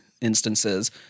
instances